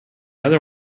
other